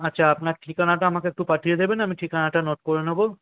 আচ্ছা আপনার ঠিকানাটা আমাকে একটু পাঠিয়ে দেবেন আমি ঠিকানাটা নোট করে নেব